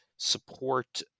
support